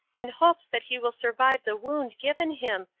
in hopes that he will survive the wound given him,